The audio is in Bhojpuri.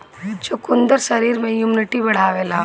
चुकंदर शरीर में इमुनिटी बढ़ावेला